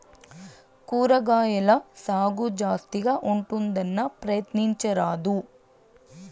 కూరగాయల సాగు జాస్తిగా ఉంటుందన్నా, ప్రయత్నించరాదూ